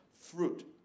fruit